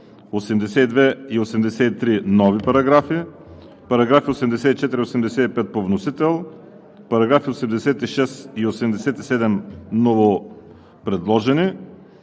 82 и 83 – нови параграфи; параграфи 84 и 85 по вносител; параграфи 86 и 87 – новопредложени;